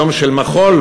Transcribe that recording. היום של מחול,